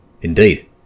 Indeed